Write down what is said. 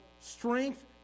strength